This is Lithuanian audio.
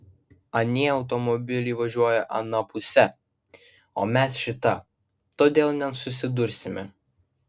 anie automobiliai važiuoja ana puse o mes šita todėl nesusidursime